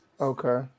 Okay